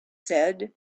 said